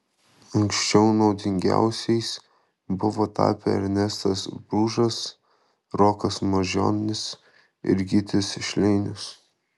anksčiau naudingiausiais buvo tapę ernestas bružas rokas mažionis ir gytis šleinius